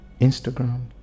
Instagram